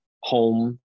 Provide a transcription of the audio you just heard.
home